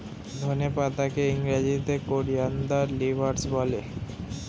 ধনে পাতাকে ইংরেজিতে কোরিয়ানদার লিভস বলে